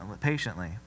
patiently